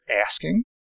asking